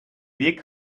weg